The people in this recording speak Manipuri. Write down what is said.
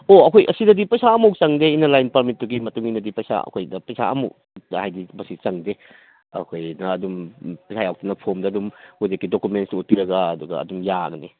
ꯑꯣ ꯑꯩꯈꯣꯏ ꯑꯁꯤꯗꯗꯤ ꯄꯩꯁꯥ ꯑꯝꯕꯣꯛ ꯆꯪꯗꯦ ꯏꯟꯅꯔ ꯂꯥꯏꯟ ꯄꯔꯃꯤꯠꯇꯨꯒꯤ ꯃꯇꯨꯡ ꯏꯟꯅꯗꯤ ꯄꯩꯁꯥ ꯑꯩꯈꯣꯏꯗ ꯄꯩꯁꯥ ꯑꯝꯕꯣꯛ ꯍꯥꯏꯗꯤ ꯃꯁꯤ ꯆꯪꯗꯦ ꯑꯨꯈꯣꯏꯅ ꯑꯗꯨꯝ ꯄꯩꯁꯥ ꯌꯥꯎꯗꯅ ꯐꯣꯔꯝꯗ ꯑꯗꯨꯝ ꯍꯧꯖꯤꯛꯀꯤ ꯗꯨꯀꯨꯃꯦꯟꯁꯇꯨ ꯎꯠꯄꯤꯔꯒ ꯑꯗꯨꯗ ꯑꯗꯨꯝ ꯌꯥꯒꯅꯤ